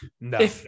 no